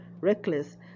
reckless